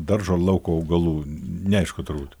daržo lauko augalų neaišku turbūt